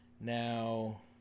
Now